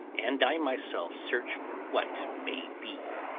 and i myself search for what may be.